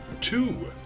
two